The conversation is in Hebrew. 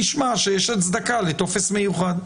נשמע שיש הצדקה לטופס מיוחד.